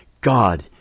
God